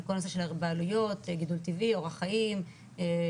על כל הנושא הבעלויות גידול טבעי אורח חיים וכו',